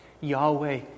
Yahweh